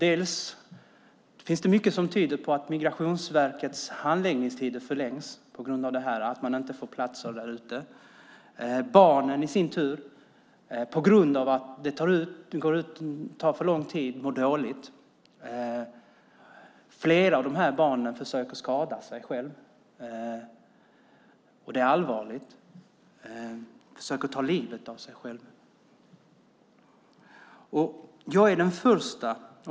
Mycket tyder på att Migrationsverkets handläggningstider förlängs på grund av att man inte får platser i kommunerna. På grund av att det tar för lång tid mår barnen dåligt. Flera av dem försöker skada sig själva och ta livet av sig. Det är allvarligt.